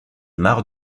mares